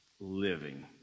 living